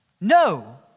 No